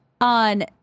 on